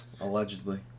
allegedly